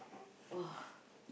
!wah!